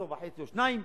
עשור וחצי או שניים,